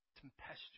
tempestuous